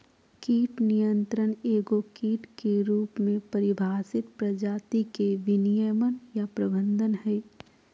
कीट नियंत्रण एगो कीट के रूप में परिभाषित प्रजाति के विनियमन या प्रबंधन हइ